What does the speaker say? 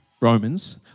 Romans